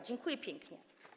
Dziękuję pięknie.